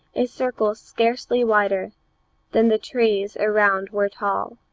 a circle scarcely wider than the trees around were tall